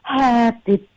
happy